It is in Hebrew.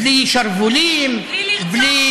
בלי שרוולים, בלי